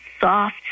soft